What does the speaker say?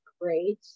great